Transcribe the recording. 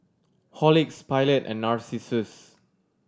Horlicks Pilot and Narcissus